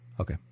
Okay